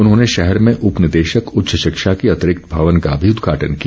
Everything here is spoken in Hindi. उन्होंने शहर में उपनिदेशक उच्च शिक्षा के अतिरिक्त भवन का भी उद्घाटन किया